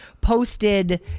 posted